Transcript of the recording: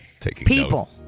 People